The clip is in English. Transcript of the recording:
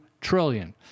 trillion